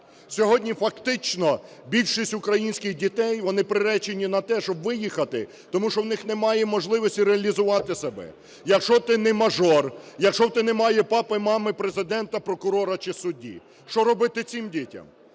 Сьогодні фактично більшість українських дітей вони приречені на те, щоб виїхати, тому що в них немає можливості реалізувати себе, якщо ти не мажор, якщо в тебе немає папи-мами президента, прокурора чи судді. Що робити цим дітям?